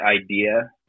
idea